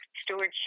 stewardship